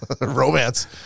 romance